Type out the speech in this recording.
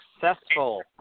successful